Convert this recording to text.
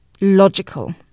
logical